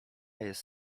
jest